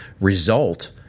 result